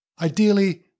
Ideally